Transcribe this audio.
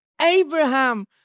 Abraham